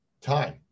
time